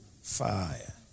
Fire